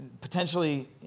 potentially